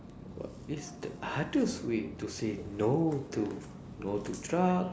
what is the hardest way to say no to no to drug